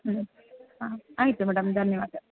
ಹ್ಞೂ ಹಾಂ ಆಯಿತು ಮೇಡಮ್ ಧನ್ಯವಾದ